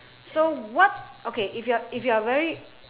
so what okay if you're if you're very